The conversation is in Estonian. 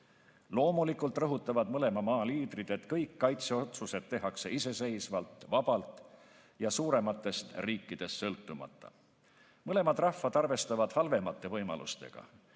Loomulikult rõhutavad mõlema maa liidrid, et kõik kaitseotsused tehakse iseseisvalt, vabalt ja suurematest riikidest sõltumata. Mõlemad rahvad arvestavad halvemate võimalustega,